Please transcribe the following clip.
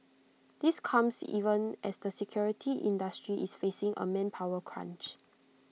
this comes even as the security industry is facing A manpower crunch